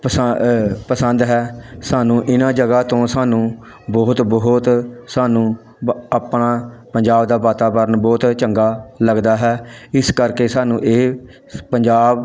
ਪਸੰਦ ਪਸੰਦ ਹੈ ਸਾਨੂੰ ਇਹਨਾਂ ਜਗ੍ਹਾ ਤੋਂ ਸਾਨੂੰ ਬਹੁਤ ਬਹੁਤ ਸਾਨੂੰ ਆਪਣਾ ਪੰਜਾਬ ਦਾ ਵਾਤਾਵਰਣ ਬਹੁਤ ਚੰਗਾ ਲੱਗਦਾ ਹੈ ਇਸ ਕਰਕੇ ਸਾਨੂੰ ਇਹ ਪੰਜਾਬ